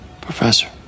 Professor